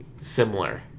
Similar